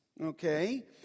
Okay